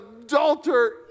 adulterer